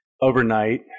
overnight